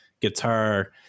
Guitar